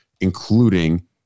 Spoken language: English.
including